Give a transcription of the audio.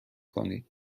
کنید